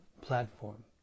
platform